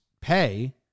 pay